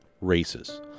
races